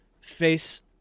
face